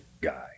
guy